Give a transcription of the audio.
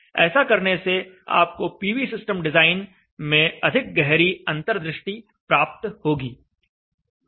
ऐसा करने से आपको पीवी सिस्टम डिजाइन में अधिक गहरी अंतर्दृष्टि प्राप्त होगी